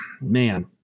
man